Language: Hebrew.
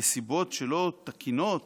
נסיבות לא תקינות